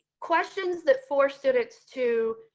questions that for students to.